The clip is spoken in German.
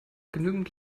genügend